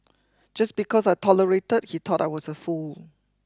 just because I tolerated he thought I was a fool